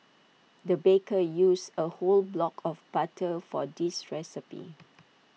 the baker used A whole block of butter for this recipe